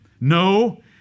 no